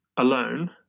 alone